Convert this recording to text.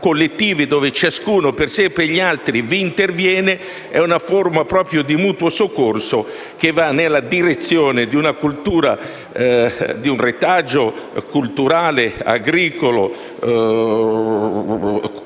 dove ciascuno, per sé e gli altri, interviene, è una forma di mutuo soccorso, che va nella direzione di un retaggio culturale agricolo, comunitario,